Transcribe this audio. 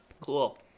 Cool